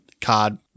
card